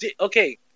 Okay